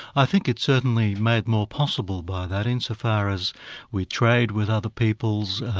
i think it's certainly made more possible by that insofar as we trade with other peoples,